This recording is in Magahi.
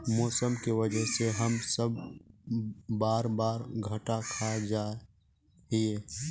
मौसम के वजह से हम सब बार बार घटा खा जाए हीये?